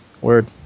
word